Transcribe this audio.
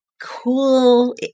Cool